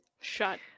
shut